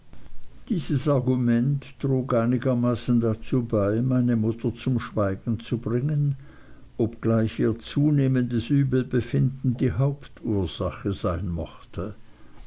dieses argument trug einigermaßen dazu bei meine mutter zum schweigen zu bringen obgleich ihr zunehmendes übelbefinden die hauptursache sein mochte